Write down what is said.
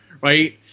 right